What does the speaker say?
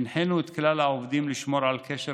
הנחינו את כלל העובדים לשמור על קשר